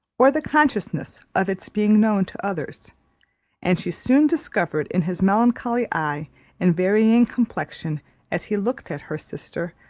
or the consciousness of its being known to others and she soon discovered in his melancholy eye and varying complexion as he looked at her sister,